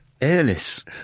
airless